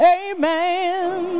amen